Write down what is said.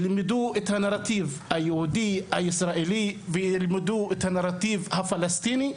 הנרטיב הישראלי ואת הנרטיב הפלסטיני.